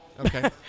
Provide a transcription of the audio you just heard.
Okay